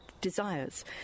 desires